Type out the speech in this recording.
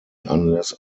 unless